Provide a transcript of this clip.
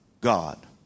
God